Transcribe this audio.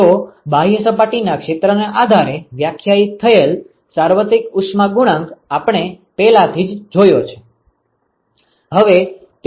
તો બાહ્ય સપાટીના ક્ષેત્રના આધારે વ્યાખ્યાયિત થયેલ સાર્વત્રિક ઉષ્મા પરિવહન ગુણાંક આપણે પહેલાથી જ જોયો છે